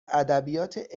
ادبیات